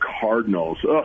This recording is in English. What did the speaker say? Cardinals